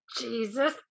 Jesus